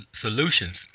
solutions